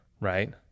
right